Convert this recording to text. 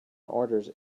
orders